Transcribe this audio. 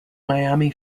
miami